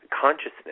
consciousness